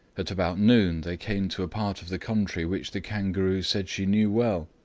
at about noon they came to a part of the country which the kangaroo said she knew well.